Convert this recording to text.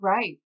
Right